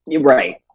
right